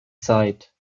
zeit